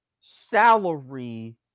salary